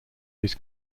his